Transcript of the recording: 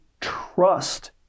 trust